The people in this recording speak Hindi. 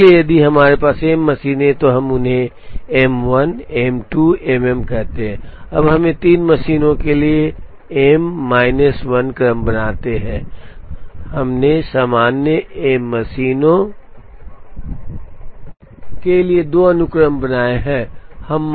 इसलिए यदि हमारे पास एम मशीनें हैं तो हम उन्हें एम 1 एम 2 एमएम कहते हैं अब हम तीन मशीनों के लिए एम माइनस 1 क्रम बनाते हैं हमने सामान्य एम मशीनों के लिए दो अनुक्रम बनाए हैं